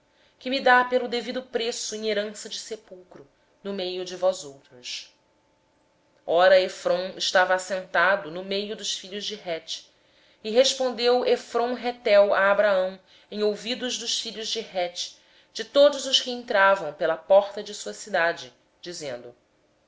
que ma dê pelo devido preço em posse de sepulcro no meio de vós ora efrom estava sentado no meio dos filhos de hete e respondeu efrom o heteu a abraão aos ouvidos dos filhos de hete isto é de todos os que entravam pela porta da sua cidade dizendo